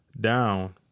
down